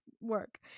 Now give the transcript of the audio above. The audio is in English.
work